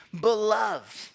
beloved